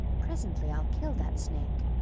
presently i'll kill that snake.